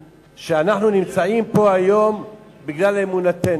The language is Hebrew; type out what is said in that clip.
אני פותח בפרשת השבוע כדי שתדעו שאנחנו נמצאים פה היום בגלל אמונתנו,